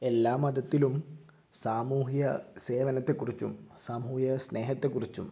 എല്ലാ മതത്തിലും സാമൂഹിക സേവനത്തെ കുറിച്ചും സാമൂഹിക സ്നേഹത്തെ കുറിച്ചും